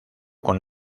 con